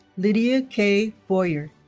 lydia kay boyer